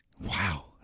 Wow